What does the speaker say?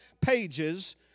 pages